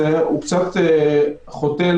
זה אומר שלכל ועדה יהיה --- פעמיים.